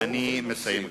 אני מסיים.